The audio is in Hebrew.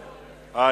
1,